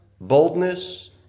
Boldness